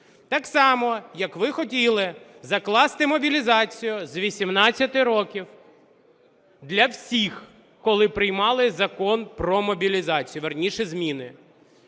Так само, як ви хотіли закласти мобілізацію з 18 років для всіх, коли приймали Закон про мобілізацію, вірніше, зміни.